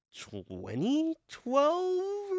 2012